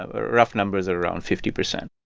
ah rough numbers are around fifty percent.